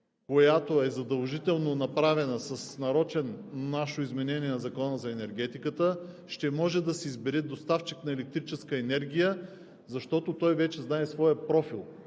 която е задължително направена с нарочен – наше изменение на Закона за енергетиката, ще може да си избира доставчик на електрическа енергия, защото той вече знае своя профил,